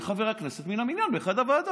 אהיה חבר כנסת מן המניין באחת הוועדות,